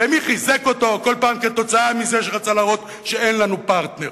ומי חיזק אותו כל פעם כתוצאה מזה שרצה להראות שאין לנו פרטנר,